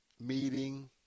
meeting